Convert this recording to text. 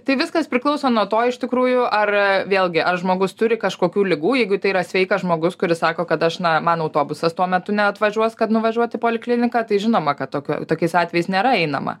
tai viskas priklauso nuo to iš tikrųjų ar vėlgi ar žmogus turi kažkokių ligų jeigu tai yra sveikas žmogus kuris sako kad aš na man autobusas tuo metu neatvažiuos kad nuvažiuot į polikliniką tai žinoma kad tokio tokiais atvejais nėra einama